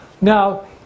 Now